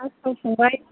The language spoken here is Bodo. लास्टाव थांबाय